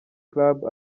club